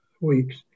weeks